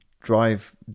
drive